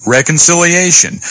Reconciliation